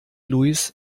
louis